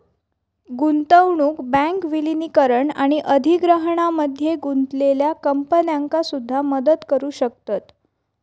गुंतवणूक बँक विलीनीकरण आणि अधिग्रहणामध्ये गुंतलेल्या कंपन्यांका सुद्धा मदत करू शकतत